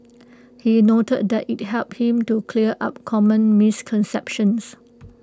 he noted that IT helped him to clear up common misconceptions